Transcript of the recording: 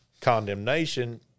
condemnation